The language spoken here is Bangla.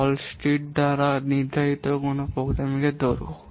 হালস্টিড দ্বারা নির্ধারিত কোনও প্রোগ্রামের দৈর্ঘ্য